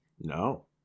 No